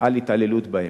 על התעללות בהם.